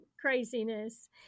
craziness